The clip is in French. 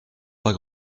pas